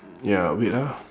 ya wait ah